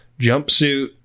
jumpsuit